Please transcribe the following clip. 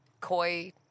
koi